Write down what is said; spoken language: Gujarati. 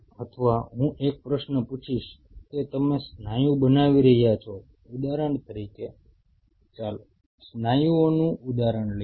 અથવા હું એક પ્રશ્ન પૂછીશ કે તમે સ્નાયુ બનાવી રહ્યા છો ઉદાહરણ તરીકે ચાલો સ્નાયુઓનું ઉદાહરણ લઈએ